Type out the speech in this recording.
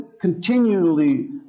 continually